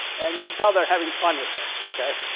and you can tell they're having fun with this, okay.